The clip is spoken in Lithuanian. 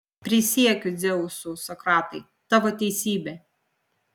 prisiekiu dzeusu sokratai tavo teisybė